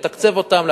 לתקצב אותם,